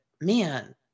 man